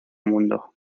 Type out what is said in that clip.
mundo